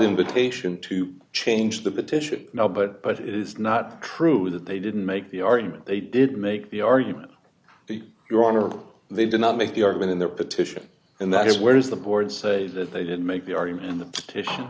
invitation to change the petition now but but it is not true that they didn't make the argument they did make the argument your honor they did not make the argument in their petition and that is where is the board say that they didn't make the argument in the petition